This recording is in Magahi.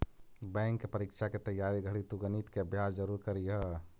बैंक के परीक्षा के तइयारी घड़ी तु गणित के अभ्यास जरूर करीह